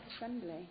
Assembly